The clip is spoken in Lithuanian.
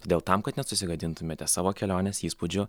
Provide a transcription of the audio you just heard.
todėl tam kad nesusigadintumėte savo kelionės įspūdžių